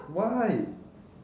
why